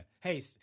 hey